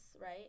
right